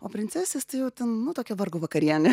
o princesės tai jau ten nu tokia vargo vakarienė